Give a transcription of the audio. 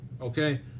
okay